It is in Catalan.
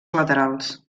laterals